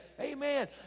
Amen